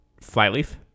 Flyleaf